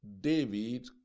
David